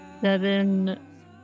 seven